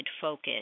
focus